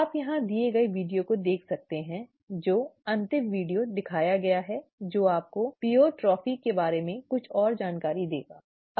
आप यहां दिए गए वीडियो को देख सकते हैं जो अंतिम वीडियो दिखाया गया है जो आपको प्लियोट्रोपी के बारे में कुछ और जानकारी देगा